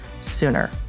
sooner